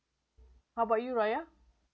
how about you raya